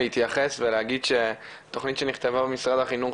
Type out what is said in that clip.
להתייחס ולהגיד שתכנית שנכתבה במשרד החינוך